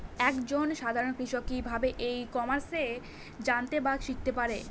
এক জন সাধারন কৃষক কি ভাবে ই কমার্সে জানতে বা শিক্ষতে পারে?